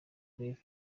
genève